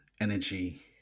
energy